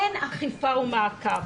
אין אכיפה ומעקב,